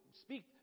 Speak